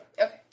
Okay